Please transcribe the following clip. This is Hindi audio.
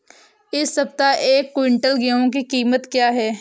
इस सप्ताह एक क्विंटल गेहूँ की कीमत क्या है?